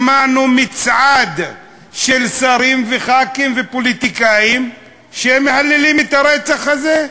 שמענו מצעד של שרים וחברי כנסת ופוליטיקאים שמהללים את הרצח הזה,